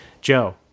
Joe